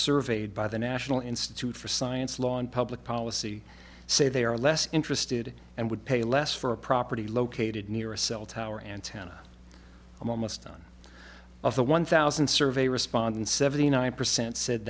surveyed by the national institute for science law and public policy say they are less interested and would pay less for a property located near a cell tower antenna almost none of the one thousand survey respondents seventy nine percent said